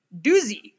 doozy